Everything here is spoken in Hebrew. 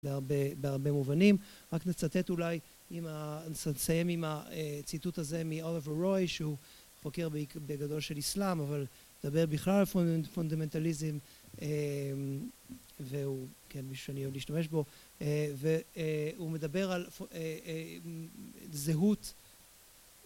בהרבה, בהרבה מובנים. רק נצטט אולי, נסיים עם הציטוט הזה מאוליבר רוי שהוא חוקר בגדול של אסלאם אבל הוא מדבר בכלל על פונדמנטליזם אה... והוא... כן, בשביל להשתמש בו, והוא מדבר על אה, אה... זהות...